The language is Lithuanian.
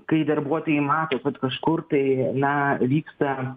kai darbuotojai mato kad kažkur tai na vyksta